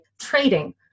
trading